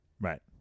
Right